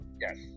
Yes